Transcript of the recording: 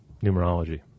numerology